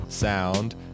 sound